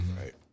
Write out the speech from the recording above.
right